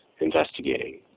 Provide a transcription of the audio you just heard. investigating